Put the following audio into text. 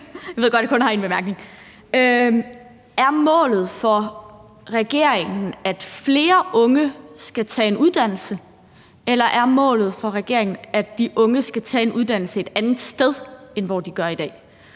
jeg ved godt, at jeg kun har én kort bemærkning. Er målet for regeringen, at flere unge skal tage en uddannelse, eller er målet for regeringen, at de unge skal tage en uddannelse et andet sted, end hvor de gør det i dag?